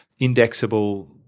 indexable